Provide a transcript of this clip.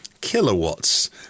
kilowatts